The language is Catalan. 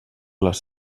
les